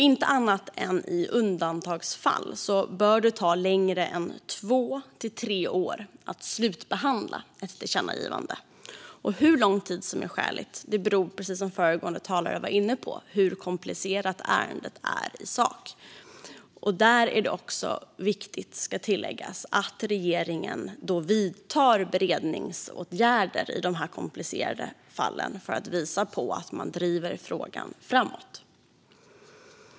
Inte annat än i undantagsfall bör det ta längre än två tre år att slutbehandla ett tillkännagivande. Hur lång tid som är skäligt beror, precis som föregående talare var inne på, hur komplicerat ärendet är i sak. Det ska tilläggas att det är viktigt att regeringen vidtar beredningsåtgärder i de komplicerade fallen för att visa att man driver frågan framåt.